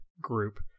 group